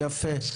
יפה.